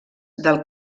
del